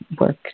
work